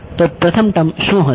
તો પ્રથમ ટર્મ શું હશે